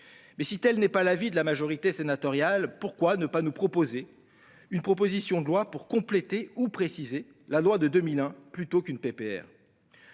Mais si tel n'est pas l'avis de la majorité sénatoriale, pourquoi ne pas présenter une proposition de loi pour compléter ou préciser la loi de 2001 plutôt qu'une